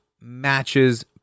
matches